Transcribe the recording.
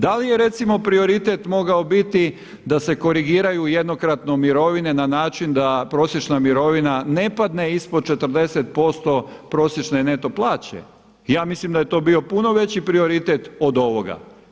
Da li je recimo prioritet mogao biti da se korigiraju jednokratno mirovine na način da prosječna mirovina ne padne ispod 40% prosječne neto plaće, ja mislim da je to bio puno veći prioritet od ovoga.